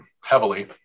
heavily